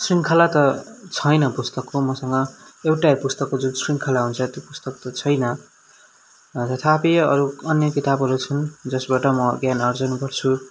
शृङ्खला त छैन पुस्तकको मसँग एउटा पुस्तकको जुन शृङ्खला हुन्छ त्यो पुस्तक त छैन तथापि अरू अन्य किताबहरू छन् जसबाट म ज्ञान आर्जन गर्छु